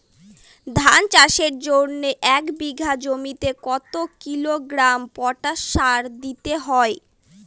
ধান চাষের জন্য এক বিঘা জমিতে কতো কিলোগ্রাম পটাশ সার দিতে হয়?